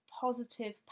positive